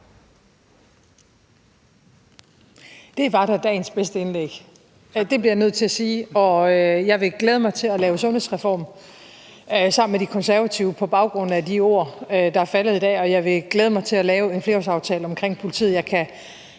Det var da dagens bedste indlæg. Det bliver jeg nødt til at sige. Jeg vil glæde mig til at lave sundhedsreform sammen med De Konservative på baggrund af de ord, der er faldet i dag, og jeg vil glæde mig til at lave en flerårsaftale om politiet.